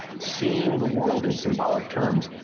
seeing the world in symbolic terms,